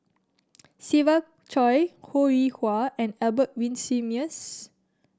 Siva Choy Ho Rih Hwa and Albert Winsemius